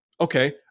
Okay